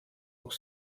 auch